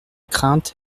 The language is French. crainte